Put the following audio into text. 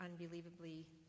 unbelievably